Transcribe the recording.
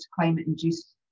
climate-induced